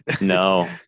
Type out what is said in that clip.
No